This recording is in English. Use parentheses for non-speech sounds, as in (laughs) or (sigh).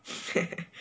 (laughs)